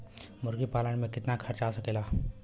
मुर्गी पालन में कितना खर्च आ सकेला?